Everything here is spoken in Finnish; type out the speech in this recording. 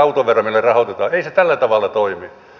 ei se tällä tavalla toimi